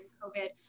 covid